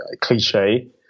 cliche